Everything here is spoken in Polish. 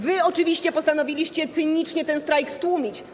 Wy oczywiście postanowiliście cynicznie ten strajk stłumić.